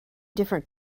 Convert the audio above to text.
different